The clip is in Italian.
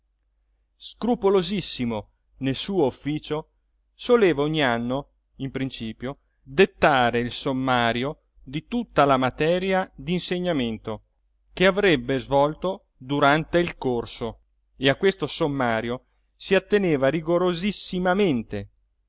smarrí scrupolosissimo nel suo officio soleva ogni anno in principio dettare il sommario di tutta la materia d'insegnamento che avrebbe svolto durante il corso e a questo sommario si atteneva